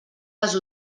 les